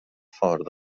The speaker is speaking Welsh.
ffordd